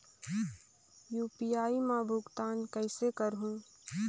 UPI मा भुगतान कइसे करहूं?